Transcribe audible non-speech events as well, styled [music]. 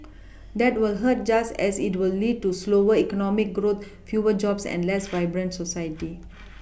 [noise] [noise] that will hurt just as it will lead to slower economic growth fewer jobs and less [noise] vibrant society [noise] [noise]